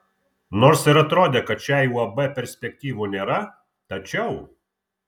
nors ir atrodė kad šiai uab perspektyvų nėra tačiau